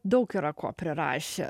daug yra ko prirašę